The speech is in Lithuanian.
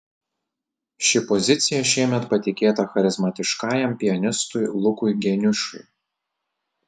ši pozicija šiemet patikėta charizmatiškajam pianistui lukui geniušui